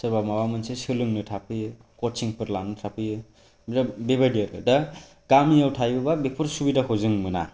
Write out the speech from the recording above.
सोरबा माबा मोनसे सोलोंनो थाफैयो कचिं फोर लानो थाफैयो दा बे बायदि आरो दा गामिआव थायोबा बेफोर सुबुधाखौ जों मोना